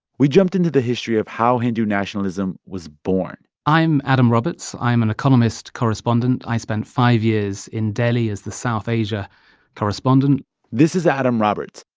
we jumped into the history of how hindu nationalism was born i'm adam roberts. i'm an economist correspondent. i spent five years in delhi as the south asia correspondent this is adam roberts.